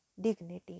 dignity